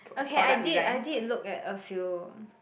okay I did I did look at a few